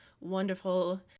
wonderful